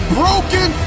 broken